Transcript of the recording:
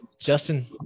Justin